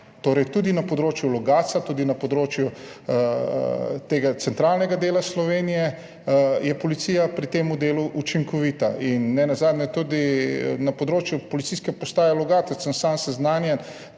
torej, tudi na področju Logatca, tudi na področju centralnega dela Slovenije je policija pri tem delu učinkovita. In nenazadnje, tudi na področju Policijske postaje Logatec sem sam seznanjen,